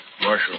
Marshal